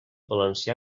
valencià